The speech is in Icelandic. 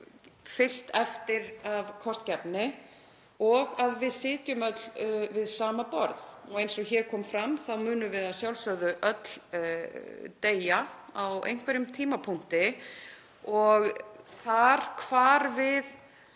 fylgt eftir af kostgæfni og að við sitjum öll við sama borð. Eins og hér kom fram þá munum við að sjálfsögðu öll deyja á einhverjum tímapunkti og það hvar við